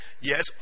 yes